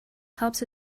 helps